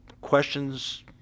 questions